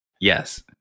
Yes